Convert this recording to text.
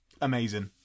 Amazing